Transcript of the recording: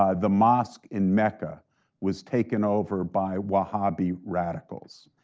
ah the mosque in mecca was taken over by wahhabi radicals.